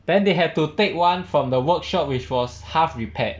then they had to take [one] from the workshop which was half repaired